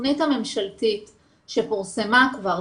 התוכנית הממשלתית שפורסמה כבר,